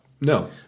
No